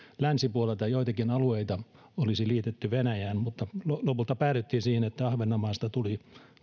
länsipuolelta olisi joitakin alueita liitetty venäjään mutta lopulta päädyttiin siihen että ahvenanmaasta tuli